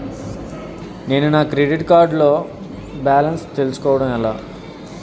నేను నా credit card లో బాలన్స్ తెలుసుకోవడం ఎలా?